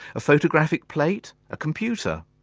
a photographic plate? a computer?